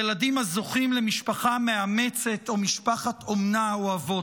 ילדים הזוכים למשפחה מאמצת או משפחת אומנה אוהבות,